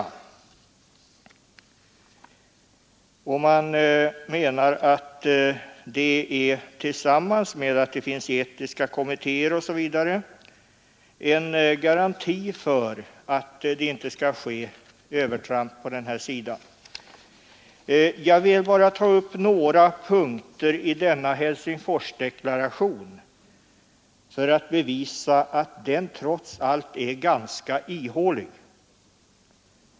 Man menar att den tillsammans med etiska kommittéer osv. är en garanti för att det inte skall ske övertramp på det här området. Jag vill bara ta upp några punkter i Helsingforsdeklarationen för att visa att den trots allt är ganska ihålig.